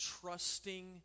trusting